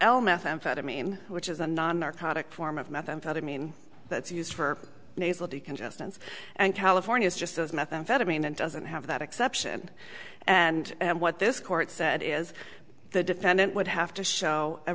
el methamphetamine which is a non narcotic form of methamphetamine that's used for nasal decongestants and california is just as methamphetamine and doesn't have that exception and what this court said is the defendant would have to show a